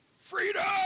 Freedom